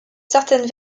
certaines